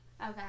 Okay